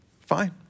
fine